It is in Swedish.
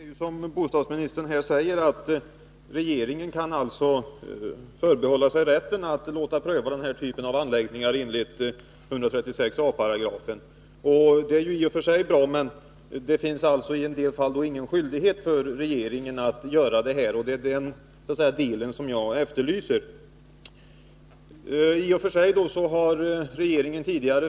Herr talman! Som bostadsministern säger kan regeringen enligt 136 a § förbehålla sig rätten att pröva denna typ av anläggningar. Det är i och för sig bra, men i en del fall finns det alltså ingen skyldighet för regeringen att göra det, och det är den skyldigheten jag efterlyser.